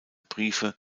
briefe